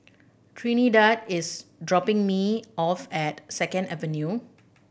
Trinidad is dropping me off at Second Avenue